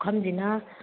ꯄꯨꯈꯝꯖꯤꯅ